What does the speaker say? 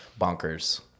bonkers